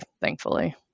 thankfully